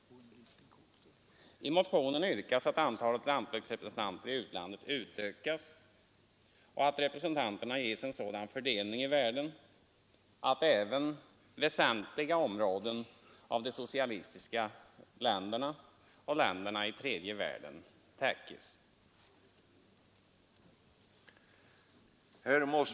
I motionen yrkas att antalet lantbruksrepresentanter i utlandet utökas och att representanterna ges en sådan fördelning i världen att även väsentliga områden av de socialistiska länderna och länderna i tredje världen täckes.